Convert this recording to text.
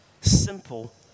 Simple